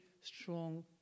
strong